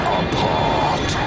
apart